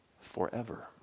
forever